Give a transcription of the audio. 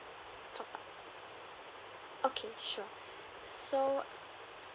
top up okay sure so